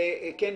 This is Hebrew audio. גברתי,